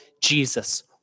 Jesus